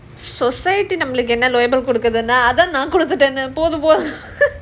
society நம்மளுக்கு என்ன கொடுக்குதுனா:nammalukku enna kodukuthunaa